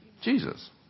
Jesus